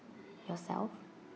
yourself